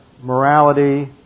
morality